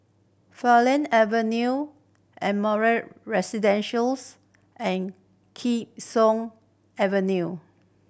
Farleigh Avenue Ardmore and Kee Sun Avenue